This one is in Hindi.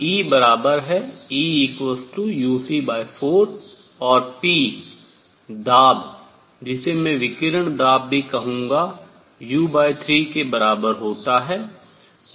E बराबर है Euc4 और p दाब जिसे मैं विकिरण दाब भी कहूँगा u3 के बराबर होता है